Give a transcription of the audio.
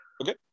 Okay